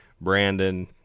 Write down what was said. Brandon